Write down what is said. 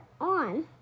on